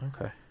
Okay